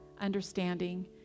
understanding